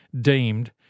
deemed